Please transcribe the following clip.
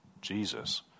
Jesus